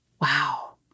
Wow